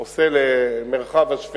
שמה ש-431 עושה למרחב השפלה,